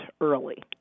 early